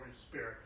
Spirit